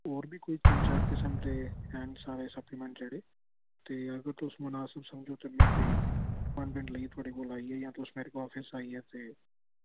होर बी कोई तिन्न चार किसम दे हैन साढ़े सप्लीमेंट जेह्ड़े ते अगर तुस मुनासिफ समझो ते में कोई पंज मिंट्ट लाइयै जां में थुआड़े कोल आइयै जां तुस मेरे कोल आफिस आइयै ते